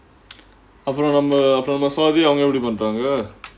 அப்புறம் நம்ம நம்ம:aapuram namma namma swathi அவங்க எப்பிடி பண்றாங்க:avanga epidi pandraanga